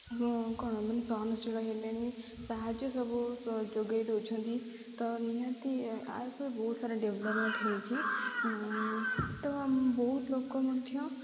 କ'ଣ ମାନେ ସହନଶୀଳ ହେଲେଣି ସାହାଯ୍ୟ ସବୁ ଯୋଗେଇ ଦେଉଛନ୍ତି ତ ନିହାତି ଏହାପରେ ବହୁତ ସାରା ଡେଭ୍ଲପ୍ମେଣ୍ଟ୍ ହୋଇଛି ତ ବହୁତ ଲୋକ ମଧ୍ୟ